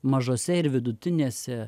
mažose ir vidutinėse